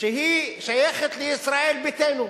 ששייכת לישראל ביתנו,